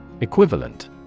Equivalent